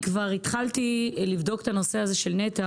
התחלתי כבר לבדוק את הנושא הזה של נת"ע